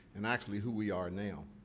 and actually, who we are now.